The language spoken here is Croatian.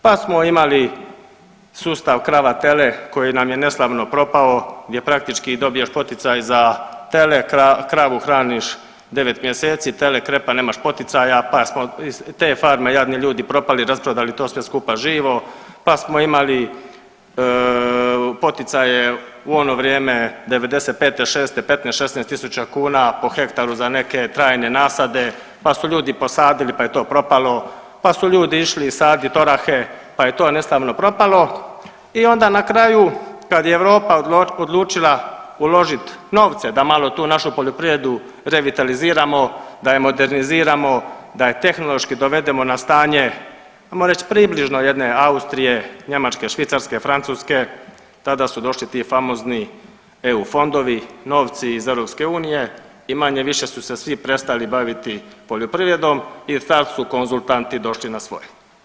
Pa smo imali sustav krava-tele koje nam je neslavno propao gdje praktički dobiješ poticaj za tele, kravu hraniš 9 mjeseci, tele krepa, nemaš poticaja, pa smo, te farme jadni ljudi propali, rasprodali to sve skupa živo, pa smo imali poticaje u ono vrijeme '95.-'6. 15-16 tisuća kuna po hektaru za neke trajne nasade, pa su ljudi posadili, pa je to propalo, pa su ljudi išli sadit orahe, pa je to neslavno propalo i onda na kraju kad je Europa odlučila uložit novce da malo tu našu poljoprivredu revitaliziramo, da je moderniziramo, da je tehnološki dovedemo na stanje ajmo reć približno jedne Austrije, Njemačke, Švicarske, Francuske, tada su došli ti famozni EU fondovi, novci iz EU i manje-više su se svi prestali baviti poljoprivredom i sad su konzultanti došli n a svoje.